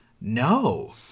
No